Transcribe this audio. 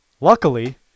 luckily